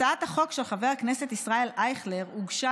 הצעת החוק של חבר הכנסת ישראל אייכלר הוגשה